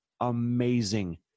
amazing